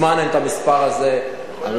מזמן אין המספר הזה, יכול להיות שגנבו את הכסף.